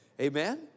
Amen